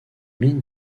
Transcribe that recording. mines